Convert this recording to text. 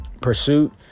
pursuit